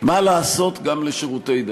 מה לעשות, גם לשירותי דת,